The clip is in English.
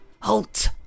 Halt